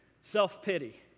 Self-pity